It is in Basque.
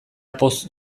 poz